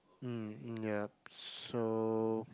mm yup so